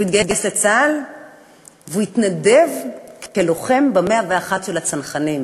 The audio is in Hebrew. והוא התגייס לצה"ל והתנדב כלוחם ב-101 של הצנחנים.